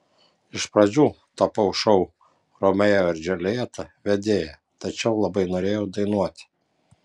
iš pradžių tapau šou romeo ir džiuljeta vedėja tačiau labai norėjau dainuoti